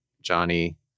Johnny